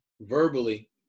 verbally